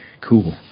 Cool